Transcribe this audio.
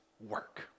work